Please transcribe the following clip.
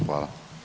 Hvala.